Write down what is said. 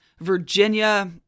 Virginia